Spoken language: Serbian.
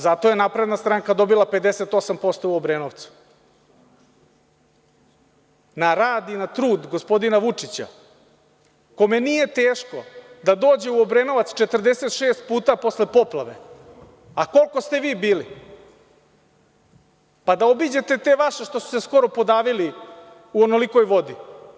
Zato je Napredna stranka dobila 58% u Obrenovcu na rad i na trud gospodina Vučića kome nije teško da dođe u Obrenovac 46 puta posle poplave, a koliko ste vi bili da obiđete te vaše što su se skoro podavili u onolikoj vodi.